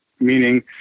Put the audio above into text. Meaning